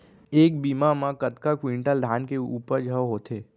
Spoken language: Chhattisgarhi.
एक बीघा म कतका क्विंटल धान के उपज ह होथे?